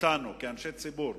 אותנו כאנשי ציבור,